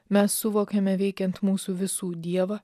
mes suvokiame veikiant mūsų visų dievą